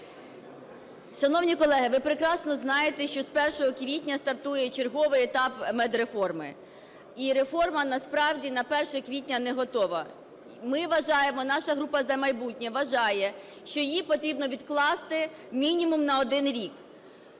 Шановні колеги, ви прекрасно знаєте, що з 1 квітня стартує черговий етап медреформи, і реформа насправді на 1 квітня не готова. Ми вважаємо, наша група "За майбутнє" вважає, що її потрібно відкласти мінімум на один рік.